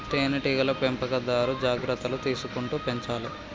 తేనె టీగల పెంపకందారు జాగ్రత్తలు తీసుకుంటూ పెంచాలే